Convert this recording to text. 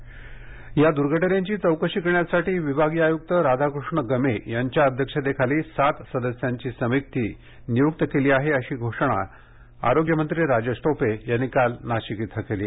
चौकशी समिती नाशिक या दूर्घटनेची चौकशी करण्यासाठी विभागीय आयुक्त राधाकृष्ण गमे यांच्या अध्यक्षतेखाली सात सदस्यांची समिती नियुक्त केली आहे अशी घोषणा राज्याचे आरोग्य मंत्री राजेश टोपे यांनी काल नाशिकमध्ये केली